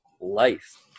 life